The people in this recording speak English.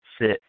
sit